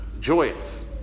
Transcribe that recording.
joyous